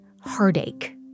heartache